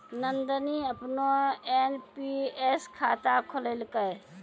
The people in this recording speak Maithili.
नंदनी अपनो एन.पी.एस खाता खोललकै